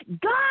God